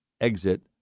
exit